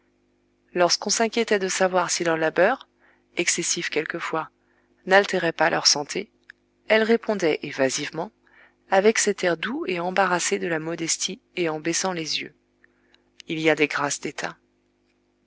lorsqu'on s'inquiétait de savoir si leurs labeurs excessifs quelquefois n'altéraient pas leur santé elles répondaient évasivement avec cet air doux et embarrassé de la modestie et en baissant les yeux il y a des grâces d'état